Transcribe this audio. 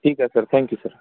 ठीक आहे sir thank you sir